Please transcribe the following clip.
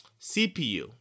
CPU